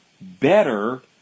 better